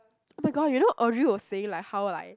!oh-my-god! you know Audrey was saying like how like